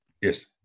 Yes